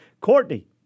Courtney